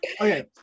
okay